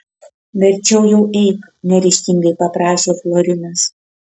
verčiau jau eik neryžtingai paprašė florinas